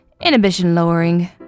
inhibition-lowering